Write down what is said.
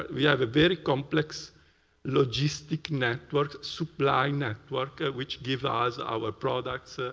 we have a very complex logistic network, supply network, which gives us our products.